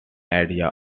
idea